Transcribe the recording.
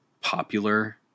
popular